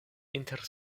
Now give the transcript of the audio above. inter